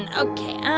and ok, yeah